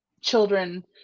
children